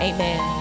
Amen